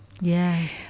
yes